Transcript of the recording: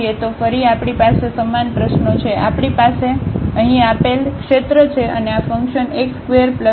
તો ફરી આપણી પાસે સમાન પ્રશ્નો છે આપણી પાસે અહીં આપેલ ક્ષેત્ર છે અને આ ફંક્શનx ² પ્લસ y ²